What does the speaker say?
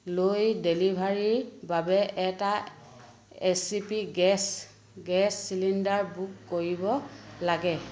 লৈ ডেলিভাৰীৰ বাবে এটা H P gas gas cylinder book কৰিব লাগে